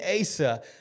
Asa